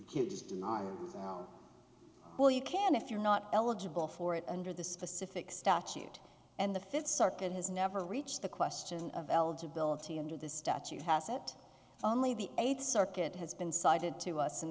not well you can if you're not eligible for it under the specific statute and the fifth circuit has never reached the question of eligibility under the statute has it only the eighth circuit has been cited to us an